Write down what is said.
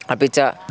अपि च